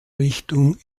richtung